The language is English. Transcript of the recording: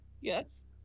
Yes